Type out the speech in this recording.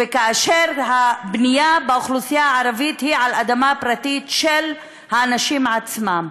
כאשר הבנייה באוכלוסייה הערבית היא על אדמה פרטית של האנשים עצמם.